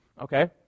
Okay